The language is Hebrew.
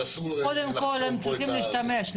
שאסור לחפור פה את ה --- קודם כל הם צריכים להשתמש.